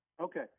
Okay